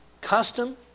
custom